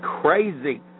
crazy